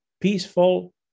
peaceful